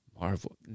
Marvel